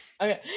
Okay